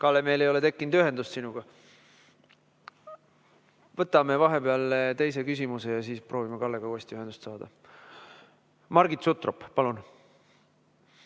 Kalle, meil ei ole tekkinud ühendust sinuga. Võtame vahepeal teise küsimuse ja proovime Kallega uuesti ühendust saada. Margit Sutrop, palun!